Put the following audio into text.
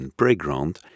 Playground